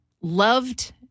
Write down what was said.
loved